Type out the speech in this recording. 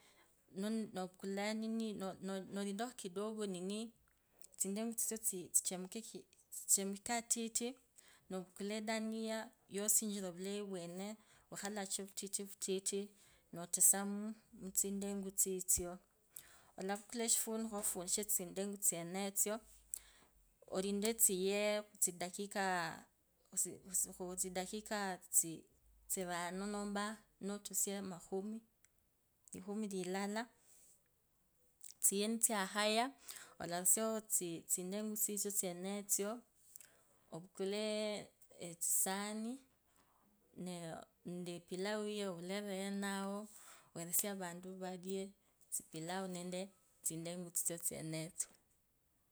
𝖭𝗈𝗏𝗎𝗄𝗎𝗃𝖺 𝖾𝗇𝗂𝗇𝗂𝗂𝗇𝗈 𝗇𝗈𝗅𝗂𝗇𝖽𝖺𝗄𝗁𝗈 𝗄𝗂𝖽𝗈𝗀𝗈 𝗍𝗌𝗂𝗇𝖽𝖾𝗀𝗎 𝗍𝗌𝗂𝗍𝗌𝗎 𝗍𝗌𝗂 𝗌𝗂𝖼𝗁𝖾𝗆𝗎𝗄𝖾 𝖺𝗍𝗂𝗍𝗂 𝗇𝗈𝗏𝗎𝗄𝗎𝗅𝖺 𝖾𝗇𝖽𝖺𝗇𝗂𝖺 𝗒𝖺𝗌𝗂𝗇𝗃𝗂𝗋𝖾 𝗈𝗏𝗎𝗅𝖺𝗂 𝗏𝗐𝖾𝗇𝖾 𝗎𝗄𝗁𝖺𝗅𝗈𝗌𝗁𝖾 𝗏𝗎𝗍𝗂𝗍𝗂𝗏𝗎𝗍𝗂𝗍𝗂 𝗇𝗈𝗍𝖺𝗌𝗂𝖺 𝗆𝗎𝗍𝗌𝗂𝗇𝖽𝖾𝗀𝗎 𝗍𝗌𝗂𝗍𝗌𝗈 𝗎𝗅𝗂𝗇𝖽𝖾 𝗍𝗌𝗂𝗒𝖾 𝗄𝗁𝖺𝗍𝖺𝗄𝗂𝗄𝖺𝖺𝖺 𝗍𝗌𝗂 𝗍𝗌𝗂𝗂𝗋𝖺𝗇𝗈 𝗇𝗈𝗆𝖻𝖺 𝗈𝗍𝗎𝗌𝗂𝖾 𝗅𝗂𝗄𝗁𝗎𝗆𝗂 𝗅𝗂𝗅𝖺𝗅𝖺 𝗒𝗅𝗍𝗌𝗂𝗒𝖾 𝗇𝗂𝗍𝗌𝖺𝗄𝗁𝖺𝗒𝖾 𝗈𝗅𝖺𝗅𝗎𝗌𝖺𝗈 𝗍𝗌𝗂 𝗍𝗌𝗂𝗇𝖽𝖾𝗀𝗎 𝗍𝗌𝗂𝗍𝗌𝗈 𝗍𝗌𝖾𝗇𝖾𝗍𝗌𝗈 𝗈𝗏𝗎𝗄𝗎𝗅𝖾𝖾𝖾 𝖾𝗍𝗌𝗂𝗌𝗈𝗇𝗂 𝗇𝖾𝗇𝖽𝖾 𝖾𝗉𝗂𝗅𝖺𝗎 𝗒𝗂𝗒𝗈 𝗂𝗇𝖾𝗒𝗈 𝗈𝗐𝖾𝗋𝖾𝗌𝗂𝖾 𝗈𝗏𝖺𝗇𝗍𝗎 𝗏𝖺𝗅𝗂𝖾𝖾 𝖾𝗍𝗌𝗂𝗉𝗂𝗅𝖺𝗎 𝗇𝖾𝗇𝖽𝖾 𝗍𝗌𝗂𝗇𝖽𝖾𝗀𝗎 𝗍𝗌𝗂𝗍𝗌𝗈 𝗍𝗌𝖾𝗇𝖾𝗍𝗌𝗈.